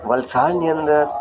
વલસાડની અંદર